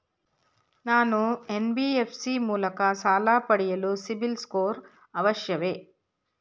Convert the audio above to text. ನಾನು ಎನ್.ಬಿ.ಎಫ್.ಸಿ ಮೂಲಕ ಸಾಲ ಪಡೆಯಲು ಸಿಬಿಲ್ ಸ್ಕೋರ್ ಅವಶ್ಯವೇ?